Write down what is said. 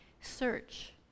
Search